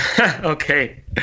Okay